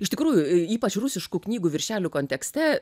iš tikrųjų ypač rusiškų knygų viršelių kontekste